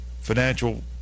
financial